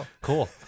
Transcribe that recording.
Cool